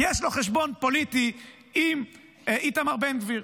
יש לו חשבון פוליטי עם איתמר בן גביר,